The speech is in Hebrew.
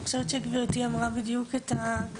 אני חושבת שגברתי אמרה בדיוק את הנקודה.